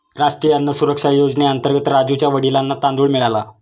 राष्ट्रीय अन्न सुरक्षा योजनेअंतर्गत राजुच्या वडिलांना तांदूळ मिळाला